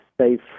safe